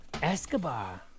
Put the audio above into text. Escobar